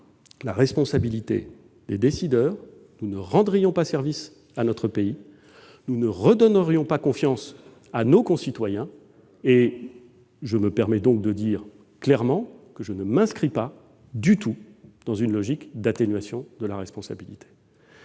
la responsabilité des décideurs, nous ne rendrions pas service à notre pays et nous ne redonnerions pas confiance à nos concitoyens. Je me permets donc de dire clairement que je ne m'inscris pas du tout dans une logique d'atténuation de la responsabilité.